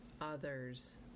others